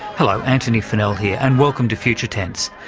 hello, antony funnell here, and welcome to future tense.